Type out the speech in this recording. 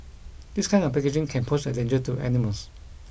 this kind of packaging can pose a danger to animals